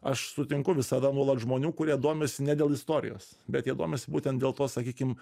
aš sutinku visada nuolat žmonių kurie domisi ne dėl istorijos bet jie domisi būtent dėl to sakykim